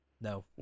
No